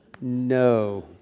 No